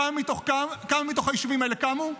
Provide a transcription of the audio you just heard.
כמה מתוך היישובים האלה קמו?